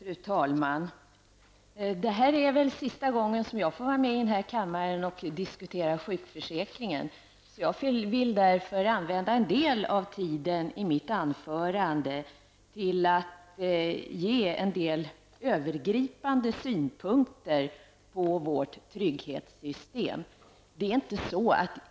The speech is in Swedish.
Fru talman! Det här är den sista gången som jag får vara med och diskutera sjukförsäkringen här i kammaren. Jag vill därför använda en del av tiden till att anföra en del övergripande synpunkter på vårt trygghetssystem.